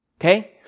Okay